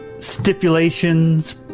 Stipulations